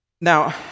Now